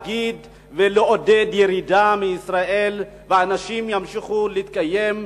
לעודד ירידה מישראל ואנשים ימשיכו להתקיים,